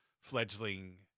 fledgling